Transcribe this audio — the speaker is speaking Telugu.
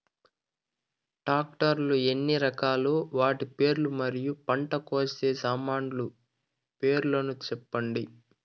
టాక్టర్ లు ఎన్ని రకాలు? వాటి పేర్లు మరియు పంట కోసే సామాన్లు పేర్లను సెప్పండి?